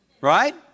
Right